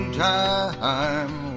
time